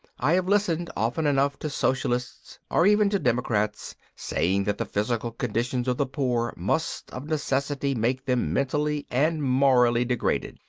i have listened often enough to socialists, or even to democrats, saying that the physical conditions of the poor must of necessity make them mentally and morally degraded.